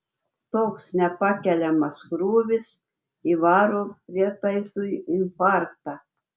toks nepakeliamas krūvis įvaro prietaisui infarktą